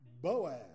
Boaz